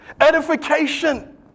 edification